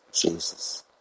Jesus